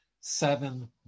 seven